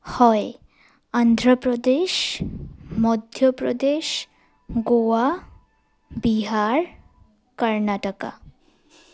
হয় অন্ধ্ৰ প্ৰ্ৰদেশ মধ্য প্ৰদেশ গোৱা বিহাৰ কৰ্ণাটকা